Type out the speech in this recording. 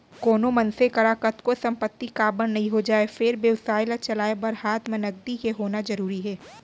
कोनो मनसे करा कतको संपत्ति काबर नइ हो जाय फेर बेवसाय ल चलाय बर हात म नगदी के होना जरुरी हे